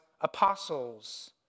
apostles